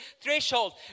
threshold